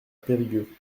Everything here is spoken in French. périgueux